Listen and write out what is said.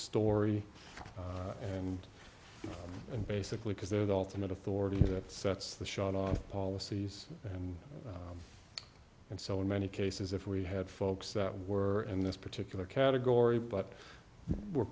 story and and basically because they're the ultimate authority that sets the shot on policies and and so in many cases if we had folks that were in this particular category but were